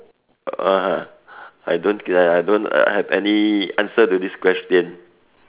(uh huh) I don't ya I don't uh have any answer to this question